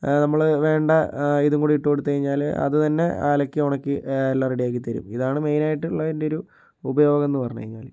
നമ്മൾ വേണ്ട ഇതും കൂടി ഇട്ടു കൊടുത്ത് കഴിഞ്ഞാൽ അതു തന്നെ അലക്കി ഉണക്കി എല്ലാം റെഡി ആക്കിത്തരും ഇതാണ് മെയിൻ ആയിട്ടുള്ള അതിൻ്റെയൊരു ഉപയോഗം എന്ന് പറഞ്ഞു കഴിഞ്ഞാൽ